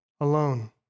alone